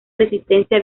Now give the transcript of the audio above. resistencia